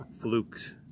Flukes